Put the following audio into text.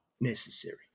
necessary